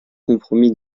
compromis